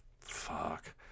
fuck